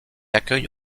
accueille